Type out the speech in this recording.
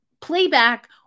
playback